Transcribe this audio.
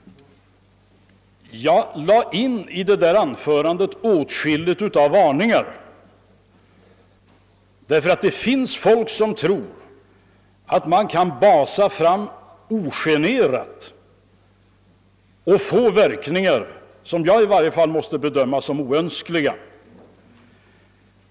Jag lade in i mitt anförande åtskilligt av varningar, därför att det finns folk som tror, att man kan basa på ogenerat och få verkningar som jag i varje fall måste bedöma som icke önskvärda.